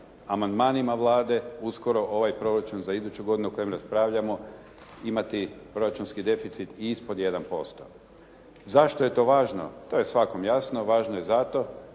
amandmanima Vlade uskoro ovaj proračun za iduću godinu o kojem raspravljamo imati proračunski deficit i ispod 1%. Zašto je to važno? To je svakom jasno. Važno je zato